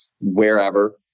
wherever